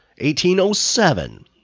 1807